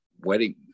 wedding